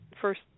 first